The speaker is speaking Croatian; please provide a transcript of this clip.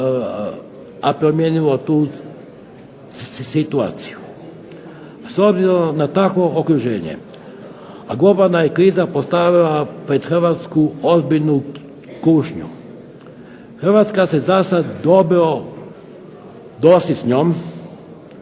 promijenilo tu situaciju. S obzirom na takvo okruženje globalna kriza je postavila pred Hrvatsku ozbiljnu kušnju. Hrvatska se za sada dobro nosi s njom,